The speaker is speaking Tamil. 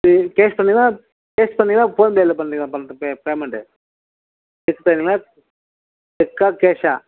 சரி கேஷ் பண்ணுறிங்களா கேஷ் பண்ணுறிங்களா ஃபோன் பேல பண்ணுறிங்களா பண்ணிட்டு பே பேமெண்டு செக்கா கேஷா